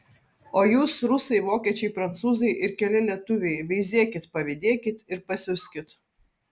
o jūs rusai vokiečiai prancūzai ir keli lietuviai veizėkit pavydėkit ir pasiuskit